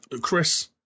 Chris